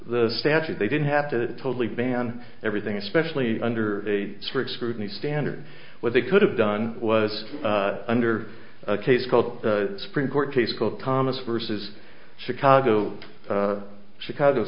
the statute they didn't have to totally ban everything especially under a strict scrutiny standard when they could have done was under a case called supreme court case called thomas versus chicago chicago